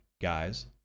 guys